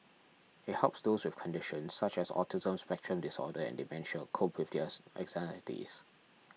it helps those with conditions such as autism spectrum disorder and dementia cope with their anxieties